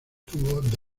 tuvo